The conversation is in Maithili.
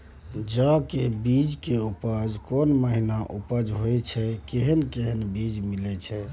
जेय के बीज के उपज कोन महीना उपज होय छै कैहन कैहन बीज मिलय छै?